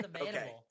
Okay